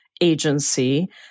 agency